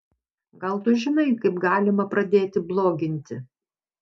gal tu žinai kaip galima pradėti bloginti